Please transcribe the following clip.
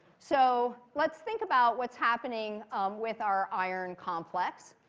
so, let's think about what's happening with our iron complex.